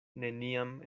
neniam